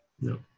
No